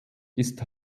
ist